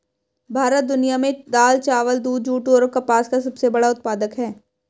भारत दुनिया में दाल, चावल, दूध, जूट और कपास का सबसे बड़ा उत्पादक है